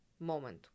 moment